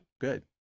Good